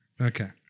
Okay